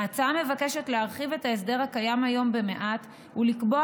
ההצעה מבקשת להרחיב את ההסדר הקיים היום במעט ולקבוע